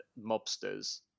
mobsters